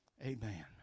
Amen